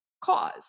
cause